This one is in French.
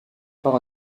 par